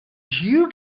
you